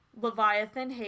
leviathan